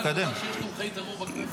תתקדם.